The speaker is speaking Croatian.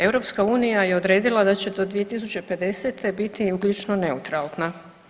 EU je odredila da će do 2050. biti ugljično neutralna.